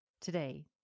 today